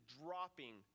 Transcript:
dropping